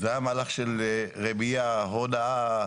זה היה מהלך של רמייה, הונאה,